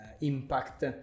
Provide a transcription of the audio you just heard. impact